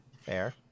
fair